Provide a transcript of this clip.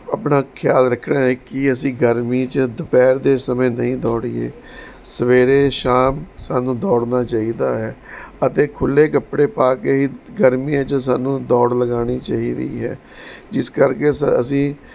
ਆਪਣਾ ਖਿਆਲ ਰੱਖਣਾ ਹੈ ਕੀ ਅਸੀਂ ਗਰਮੀ 'ਚ ਦੁਪਹਿਰ ਦੇ ਸਮੇਂ ਨਹੀਂ ਦੌੜੀਏ ਸਵੇਰੇ ਸ਼ਾਮ ਸਾਨੂੰ ਦੌੜਨਾ ਚਾਹੀਦਾ ਹੈ ਅਤੇ ਖੁੱਲੇ ਕੱਪੜੇ ਪਾ ਕੇ ਹੀ ਗਰਮੀਆਂ 'ਚ ਸਾਨੂੰ ਦੌੜ ਲਗਾਣੀ ਚਾਹੀਦੀ ਹੈ ਜਿਸ ਕਰਕੇ ਅਸੀਂ